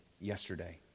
yesterday